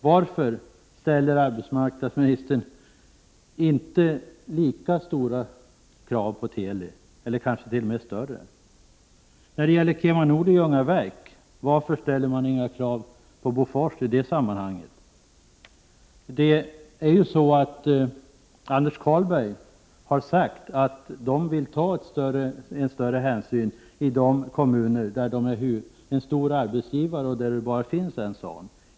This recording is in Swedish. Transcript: Varför ställer arbetsmarknadsministern inte lika stora krav på Teli eller kanske också större? När det gäller KemaNord i Ljungaverk: Varför ställer regeringen inga krav på Bofors i det sammanhanget? Anders Karlberg har ju sagt att man vill ta större hänsyn i de kommuner där företaget är stor arbetsgivare och där det finns bara en sådan arbetsgivare.